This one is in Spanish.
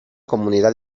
comunidad